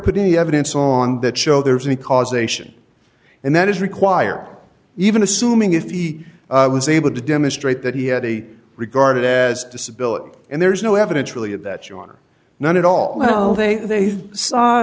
put any evidence on that show there was any causation and that is required even assuming if he was able to demonstrate that he had a regarded as disability and there's no evidence really of that you are not at all well they